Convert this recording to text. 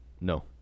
No